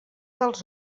dels